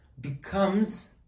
becomes